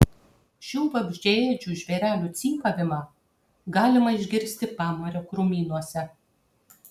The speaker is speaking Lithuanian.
šių vabzdžiaėdžių žvėrelių cypavimą galima išgirsti pamario krūmynuose